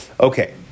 okay